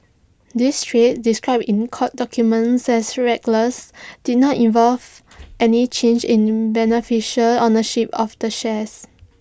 these trades described in court documents as reckless did not involve any change in beneficial ownership of the shares